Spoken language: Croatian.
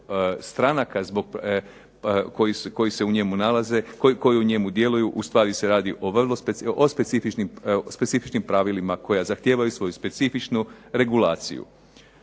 stranaka, zbog, koji se u njemu nalaze, koji u njemu djeluju, ustvari se radi o specifičnim pravilima koja zahtijevaju svoju specifičnu regulaciju.